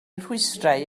rhwystrau